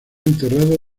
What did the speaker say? enterrado